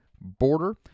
border